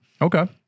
Okay